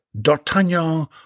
D'Artagnan